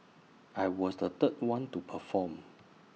I was the third one to perform